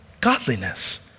godliness